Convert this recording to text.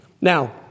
Now